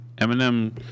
Eminem